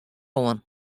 oan